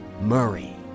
Murray